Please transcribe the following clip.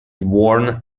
worn